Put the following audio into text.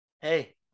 hey